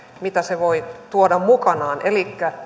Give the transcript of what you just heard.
mitä se voi tuoda mukanaan elikkä